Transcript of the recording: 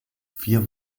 vier